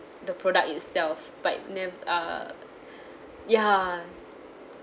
the product itself but never err ya